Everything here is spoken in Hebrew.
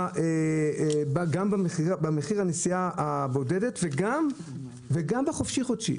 במחיר הנסיעה הבודדת וגם בחופשי-חודשי.